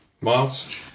Miles